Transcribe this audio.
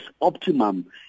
Optimum